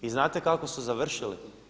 I znate kako su završili?